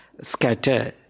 scatter